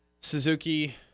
Suzuki